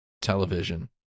television